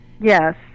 Yes